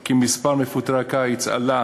כי מספר מפוטרי הקיץ עלה